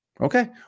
Okay